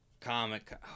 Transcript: comic